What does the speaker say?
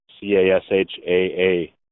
C-A-S-H-A-A